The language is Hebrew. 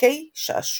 ובפארקי שעשועים.